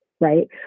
right